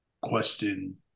question